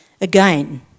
Again